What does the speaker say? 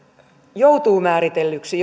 joutuu määritellyksi